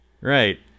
right